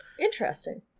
interesting